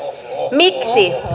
miksi